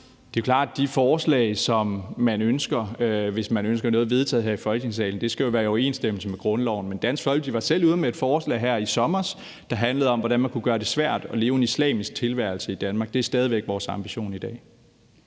Det er jo klart, at de forslag, som man ønsker vedtaget her i Folketingssalen, skal være i overensstemmelse med grundloven. Men Dansk Folkeparti var selv ude med et forslag her i sommer, der handlede om, hvordan man kunne gøre det svært at leve en islamisk tilværelse i Danmark. Det er stadig væk vores ambition i dag.